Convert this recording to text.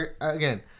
again